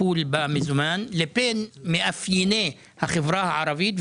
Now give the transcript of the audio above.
טיפול במזומן לבין מאפייני החברה הערבית,